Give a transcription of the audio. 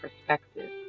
perspective